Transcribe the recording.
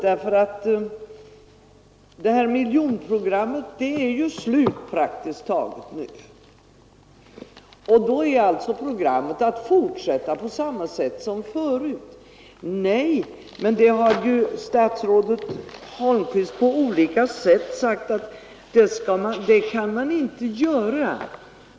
Det här miljonprogrammet är nu praktiskt taget slut, och då är det alltså meningen att fortsätta på samma sätt som förut. Nej! Statsrådet Holmqvist har ju på olika sätt sagt att man inte kan göra det.